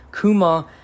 kuma